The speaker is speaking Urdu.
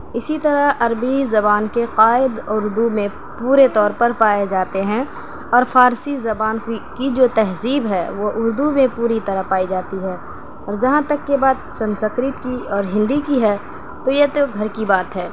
اسی طرح عربی زبان کے قائدے اردو میں پورے طور پر پائے جاتے ہیں اور فارسی زبان کی کی جو تہذیب ہے وہ اردو میں پوری طرح پائی جاتی ہے اور جہاں تک کہ بات سنسکرت کی اور ہندی کی ہے تو یہ تو گھر کی بات ہے